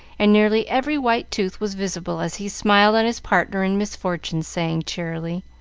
and nearly every white tooth was visible as he smiled on his partner in misfortune, saying cheerily